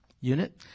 unit